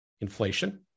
Inflation